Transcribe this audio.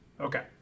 Okay